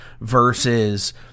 versus